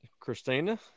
Christina